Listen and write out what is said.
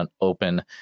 open